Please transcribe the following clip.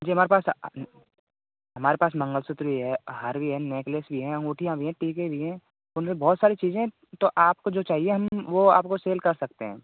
जी हमारे पास हमारे पास मंगलसूत्र भी है हार भी है नेकलेस भी अंगूठियाँ भी हैं टीके भी हैं उनमें बहुत सारी चीज़ें हैं तो आपको जो चाहिए हम वह आप को सेल कर सकते हैं